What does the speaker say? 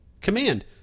Command